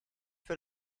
für